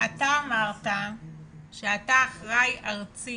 אתה אמרת שאתה אחראי ארצי